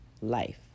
life